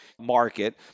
market